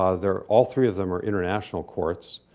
ah they're all three of them are international courts.